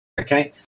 okay